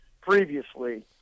previously